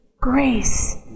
grace